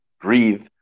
breathe